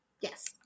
Yes